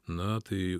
na tai